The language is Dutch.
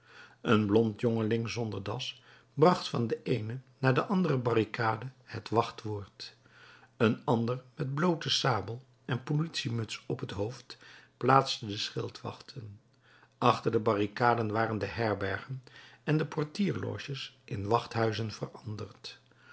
een blond jongeling zonder das bracht van de eene naar de andere barricade het wachtwoord een ander met bloote sabel en politiemuts op het hoofd plaatste de schildwachten achter de barricaden waren de herbergen en de portiersloges in wachthuizen veranderd